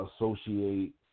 associate